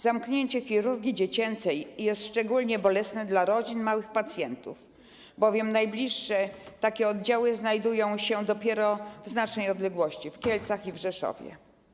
Zamknięcie chirurgii dziecięcej jest szczególnie bolesne dla rodzin małych pacjentów, bowiem najbliższe takie oddziały znajdują się dopiero w znacznej odległości: w Kielcach i w Rzeszowie.